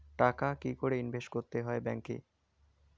টাকা কি করে ইনভেস্ট করতে হয় ব্যাংক এ?